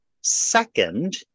Second